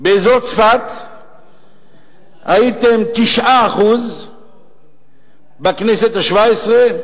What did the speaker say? באזור צפת הייתם 9% בכנסת השבע-עשרה,